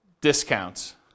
discounts